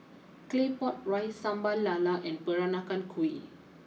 Claypot Rice Sambal LaLa and Peranakan Kueh